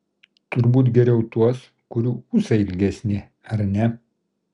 turbūt geriau tuos kurių ūsai ilgesni ar ne